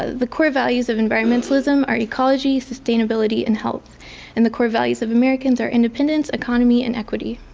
ah the core values of environmentalism are ecology, sustainability, and health and the core values of americans are independence, economy, and equity.